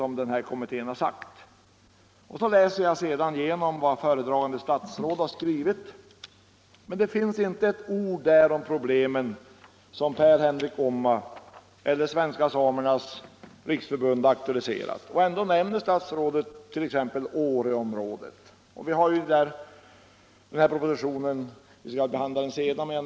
Men i vad föredragande statsrådet skrivit sägs inte ett ord om de problem som Per-Henrik Omma och Svenska samernas riksförbund aktualiserar. Ändå nämner statsrådet t.ex. Åreområdet.